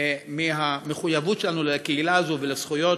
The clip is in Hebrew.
מהמחויבות שלנו לקהילה הזאת ולזכויות